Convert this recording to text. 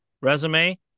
resume